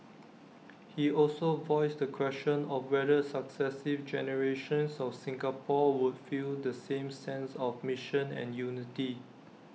he also voiced the question of whether successive generations of Singapore would feel the same sense of mission and unity